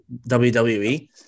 WWE